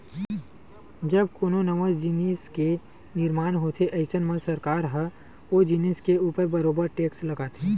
जब कोनो नवा जिनिस के निरमान होथे अइसन म सरकार ह ओ जिनिस के ऊपर बरोबर टेक्स लगाथे